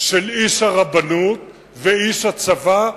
של איש הרבנות ושל איש הצבא,